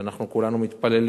ואנחנו כולנו מתפללים,